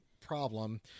problem